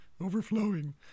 Overflowing